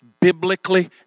biblically